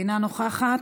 אינה נוכחת,